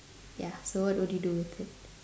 ya so what will do with it